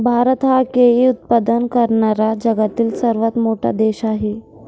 भारत हा केळी उत्पादन करणारा जगातील सर्वात मोठा देश आहे